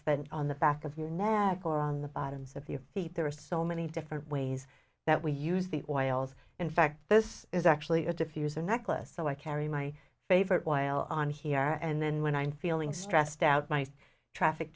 then on the back of your neck or on the bottoms of your feet there are so many different ways that we use the oils in fact this is actually a diffuser necklace so i carry my favorite oil on here and then when i'm feeling stressed out my traffic